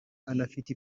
anafite